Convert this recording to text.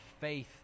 faith